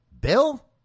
Bill